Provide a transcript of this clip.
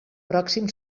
pròxim